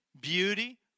beauty